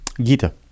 gita